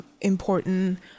important